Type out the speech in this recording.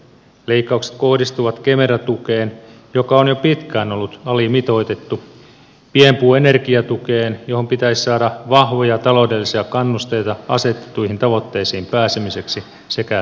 leikkaukset kohdistuvat kemera tukeen joka on jo pitkään ollut alimitoitettu pienpuun energiatukeen johon pitäisi saada vahvoja taloudellisia kannusteita asetettuihin tavoitteisiin pääsemiseksi sekä metso ohjelmaan